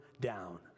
down